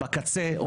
בקצה,